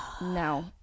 No